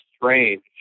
strange